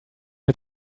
mir